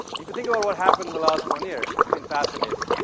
if you think about what happened in the last one year it's been fascinating.